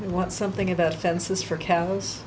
what something about fences for cows